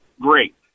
Great